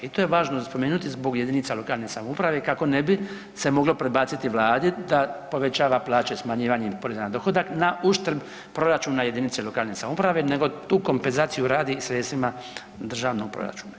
I to je važno spomenuti zbog jedinica lokalne samouprave kako ne bi se moglo prebaciti Vladi da povećava plaće smanjivanjem poreza na dohodak na uštrb proračuna jedinice lokalne samouprave nego tu kompenzaciju radi sredstvima državnog proračuna.